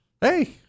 hey